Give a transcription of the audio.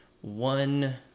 one